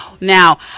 Now